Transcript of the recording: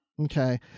Okay